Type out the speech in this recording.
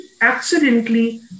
accidentally